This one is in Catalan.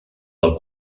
del